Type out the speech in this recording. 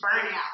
burnout